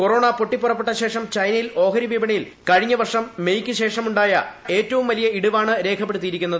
corona പൊട്ടിപ്പുറപ്പെട്ട ശേഷം ചൈനയിൽ ഓഹരി വിപണിയിൽ കഴിഞ്ഞ വർഷം മെയ്യ്ക്ക് ശേഷമുണ്ടായ ഏറ്റവും വലിയ ഇടിവാണ് രേഖപ്പെടുത്തിയിരിക്കുന്നത്